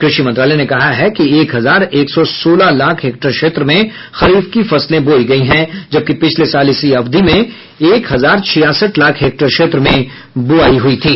कृषि मंत्रालय ने कहा है कि एक हजार एक सौ सोलह लाख हेक्टेयर क्षेत्र में खरीफ की फसलें बोई गई हैं जबकि पिछले साल इसी अवधि में एक हजार छियासठ लाख हेक्टेयर क्षेत्र में बुआई हुई थी